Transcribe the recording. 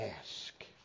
ask